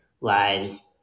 lives